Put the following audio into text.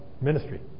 ministry